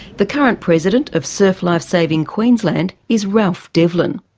the current president of surf life saving queensland is ralph devlin.